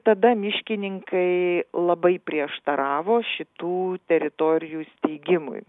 tada miškininkai labai prieštaravo šitų teritorijų steigimui